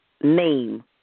Name